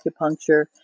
acupuncture